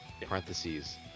parentheses